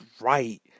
right